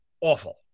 awful